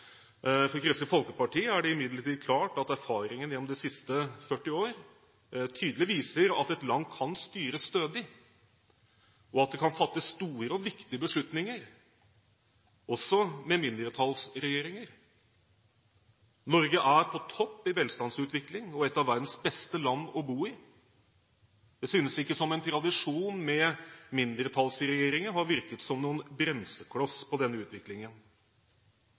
For Kristelig Folkeparti er det imidlertid klart at erfaringen gjennom de siste 40 år tydelig viser at et land kan styres stødig, og at det kan fattes store og viktige beslutninger, også med mindretallsregjeringer. Norge er på topp i velstandsutvikling og et av verdens beste land å bo i. Det synes ikke som om en tradisjon med mindretallsregjeringer har virket som noen bremsekloss på denne utviklingen.